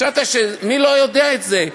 חשבת: מי לא יודע את זה?